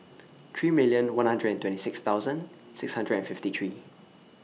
three million one hundred and twenty six thousand six hundred and fifty three